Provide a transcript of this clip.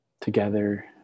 together